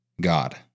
God